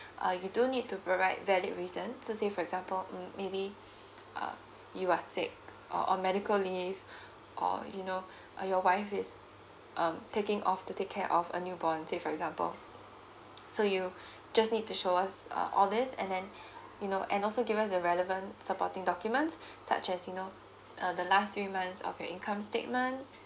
uh you do need to provide valid reason so say for example um maybe uh you are sick or or medical leave or you know uh your wife is um taking off to take care of a new born say for example so you just need to show us uh all this and then you know and also give us the relevant supporting documents such as you know uh the last three months of your income statement